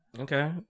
okay